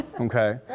okay